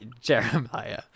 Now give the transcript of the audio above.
Jeremiah